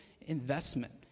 investment